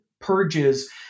purges